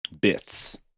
bits